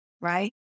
right